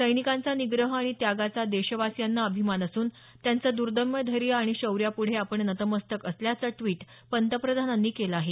सैनिकांचा निग्रह आणि त्यागाचा देशवासियांना अभिमान असून त्यांचं दर्दम्य धैर्य आणि शौर्याप्ढे आपण नतमस्तक असल्याचं ड्विट पंतप्रधानांनी केलं आहे